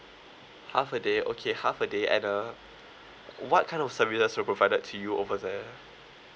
half a day okay half a day and uh what kind of services were provided to you over there